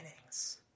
innings